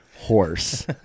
horse